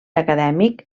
acadèmic